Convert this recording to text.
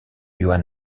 joan